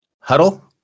Huddle